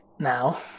Now